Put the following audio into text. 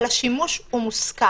אבל השימוש הוא מושכל.